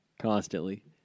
constantly